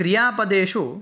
क्रियापदेषु